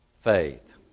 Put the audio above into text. faith